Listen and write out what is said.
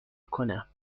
کنم